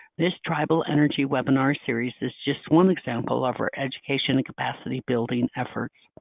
this tribal energy webinar series is just one example of our education and capacity building efforts.